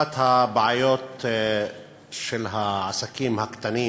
אחת הבעיות של העסקים הקטנים